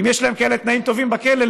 אם יש להם כאלה תנאים טובים בכלא,